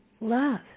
love